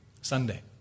Sunday